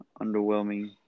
underwhelming